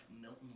Milton